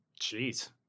Jeez